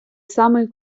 самий